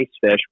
fish